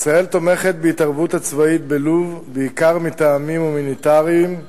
2. ישראל תומכת בהתערבות הצבאית בלוב בעיקר מטעמים הומניטריים,